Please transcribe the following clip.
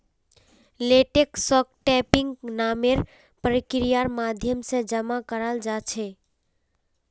लेटेक्सक टैपिंग नामेर प्रक्रियार माध्यम से जमा कराल जा छे